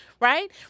Right